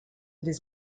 this